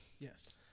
Yes